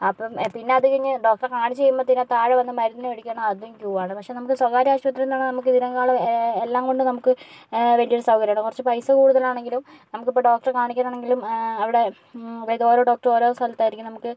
അപ്പം പിന്നെ അത് കഴിഞ്ഞ് ഡോക്ടറെ കാണിച്ചു കഴിയുമ്പത്തേനും താഴെ വന്ന് മരുന്ന് മേടിക്കണം അതും ക്യൂവാണ് പക്ഷെ നമ്മൾ സ്വകാര്യ ആശുപത്രിന്ന് പറഞ്ഞാൽ നമുക്ക് ഇതിനെക്കാളും എല്ലാം കൊണ്ടും നമുക്ക് വലിയൊരു സൗകര്യമാണ് കുറച്ച് പൈസ കൂടുതലാണെങ്കിലും നമുക്കിപ്പോൾ ഡോക്ടറെ കാണിക്കാൻ ആണെങ്കിലും അവിടെ ഓരോ ഡോക്ടറും ഓരോ സ്ഥലത്തായിരിക്കും നമുക്ക്